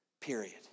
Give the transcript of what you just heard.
period